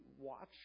watch